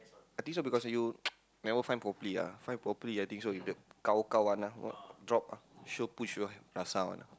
I think so because you never find properly ah find properly I think so if the kaw kaw one ah !wah! drop ah sure push you rasa one ah